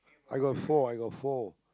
I got four I got four